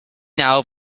now